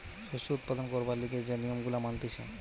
শস্য উৎপাদন করবার লিগে যে নিয়ম গুলা মানতিছে